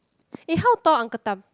eh how tall uncle Tham